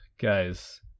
guys